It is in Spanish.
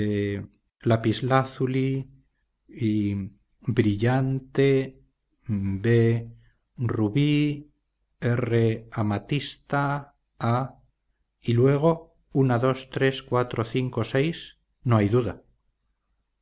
lapislázuli l brillante b rubí r amatista a y luego una dos tres cuatro cinco seis no hay duda